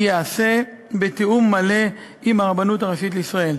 ייעשה בתיאום מלא עם הרבנות הראשית לישראל.